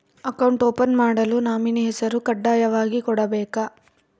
Account open ಮಾಡಲು nominee ಹೆಸರು ಕಡ್ಡಾಯವಾಗಿ ಕೊಡಬೇಕಾ?